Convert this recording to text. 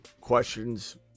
questions